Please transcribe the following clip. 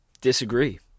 disagree